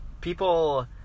people